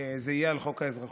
זה יהיה על חוק האזרחות,